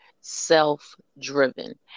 self-driven